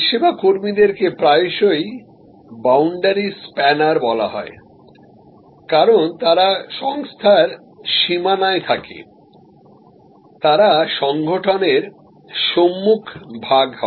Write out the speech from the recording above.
পরিষেবা কর্মীদেরকে প্রায়শই বাউন্ডারি স্প্যানার বলা হয় কারণ তারা সংস্থার সীমানায় থাকে তারা সংগঠনের সম্মুখভাগ হয়